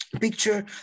picture